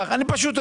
הפיקדון?